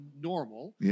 normal